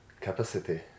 capacity